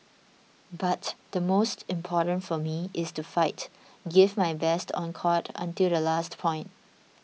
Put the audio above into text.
but the most important for me it's to fight give my best on court until the last point